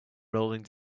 rolling